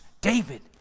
David